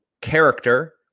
character